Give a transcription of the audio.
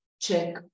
check